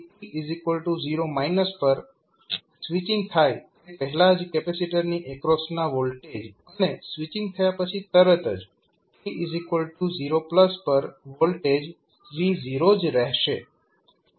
તેથી t 0 પર switching થાય તે પહેલાં જ કેપેસિટરની એક્રોસના વોલ્ટેજ અને સ્વીચિંગ થયા પછી તરત જ t 0 પર વોલ્ટેજ V0 જ રહેશે